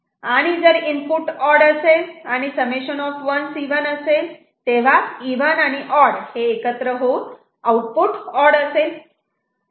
आणि जर input odd असेल आणि समेशन ऑफ 1's इव्हन तेव्हा इव्हन आणि ऑड एकत्र करून आउटपुट ऑड असेल